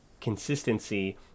consistency